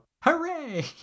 Hooray